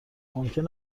ممکن